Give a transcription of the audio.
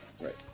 Right